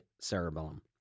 cerebellum